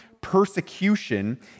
persecution